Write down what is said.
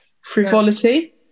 frivolity